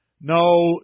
No